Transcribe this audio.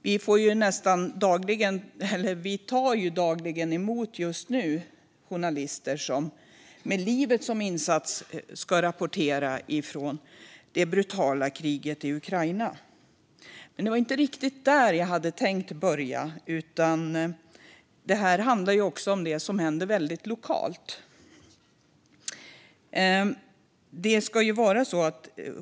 Vi tar just nu dagligen emot nyheter från journalister som med livet som insats ska rapportera från det brutala kriget i Ukraina. Men det var inte riktigt det som jag skulle börja med. Detta handlar också om det som händer väldigt lokalt.